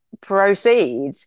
proceed